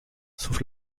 sauf